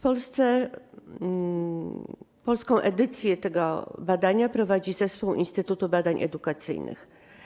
Polską edycję tego badania prowadzi zespół Instytutu Badań Edukacyjnych.